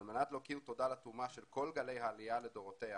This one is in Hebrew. ועל מנת להוקיר תודה לתרומה של כל גלי העלייה לדורותיה